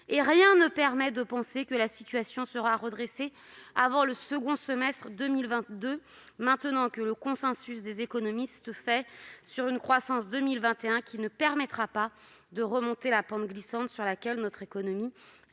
Rien ne permet de penser que la situation sera redressée avant le second semestre de 2022, maintenant que le consensus des économistes se fait sur une croissance pour 2021 ne permettant pas de remonter la pente glissante sur laquelle notre économie s'est